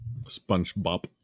Spongebob